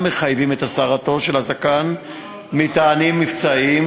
מחייבים את הסרתו של הזקן מטעמים מבצעיים,